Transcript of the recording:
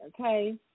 okay